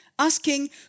asking